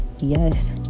Yes